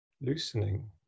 loosening